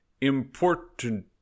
Important